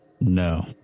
No